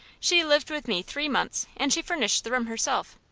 she lived with me three months, and she furnished the room herself.